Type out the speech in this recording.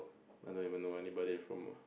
I don't even know anybody from